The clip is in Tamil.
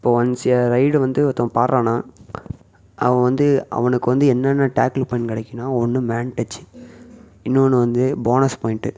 இப்போது ஒன்ஸ் ய ரைடு வந்து ஒருத்தவன் இப்போ ஆடுறானா அவன் வந்து அவனுக்கு வந்து என்னென்ன டேக்கில் பாயிண்ட் கிடைக்குனா ஒன்று மேன் டச்சி இன்னொன்று வந்து போனஸ் பாயிண்ட்டு